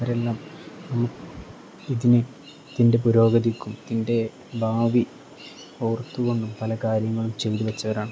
അവരെല്ലാം ഇതിന് തിൻ്റെ പുരോഗതിക്കും ഇതിൻ്റെ ഭാവി ഓർത്തുകൊണ്ടും പല കാര്യങ്ങളും ചെയ്തു വെച്ചവരാണ്